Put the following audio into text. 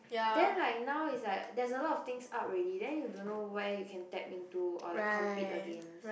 then like now is like there's a lot of things up already then you don't know where you can tap into or like compete against